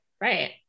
Right